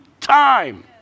time